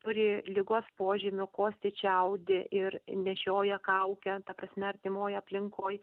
turi ligos požymių kosti čiaudi ir nešioja kaukę ta prasme artimoj aplinkoj